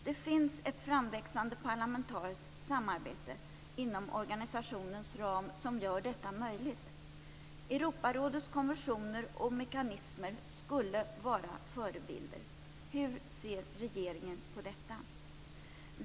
Det finns ett framväxande parlamentariskt samarbete inom organisationens ram som gör detta möjligt. Europarådets konventioner och mekanismer skulle kunna vara förebilder. Hur ser regeringen på detta?